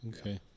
Okay